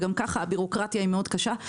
גם ככה הבירוקרטיה היא מאוד קשה,